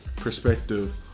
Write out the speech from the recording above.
perspective